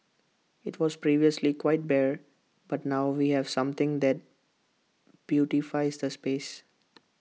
IT was previously quite bare but now we have something that beautifies the space